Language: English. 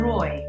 Roy